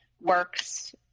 works